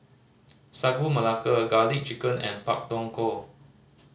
Sagu Melaka Garlic Chicken and Pak Thong Ko